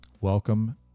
welcome